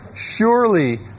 Surely